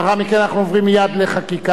לאחר מכן אנחנו עוברים מייד לחקיקה.